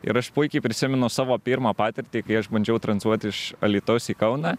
ir aš puikiai prisimenu savo pirmą patirtį kai aš bandžiau tranzuot iš alytaus į kauną